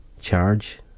charge